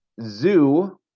Zoo